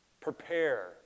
Prepare